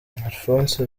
alphonse